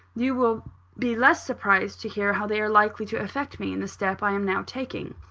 you will be less surprised to hear how they are likely to affect me in the step i am now taking.